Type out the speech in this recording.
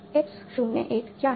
X 0 1 क्या है